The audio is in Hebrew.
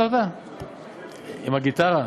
שמעת אותה?